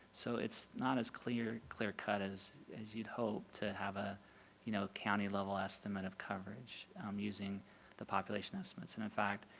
so it's not as clear clear cut as as you'd hope to have a you know county level estimate of coverage um using the population. and in fact,